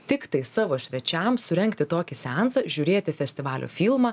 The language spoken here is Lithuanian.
tiktai savo svečiams surengti tokį seansą žiūrėti festivalio filmą